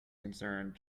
concerned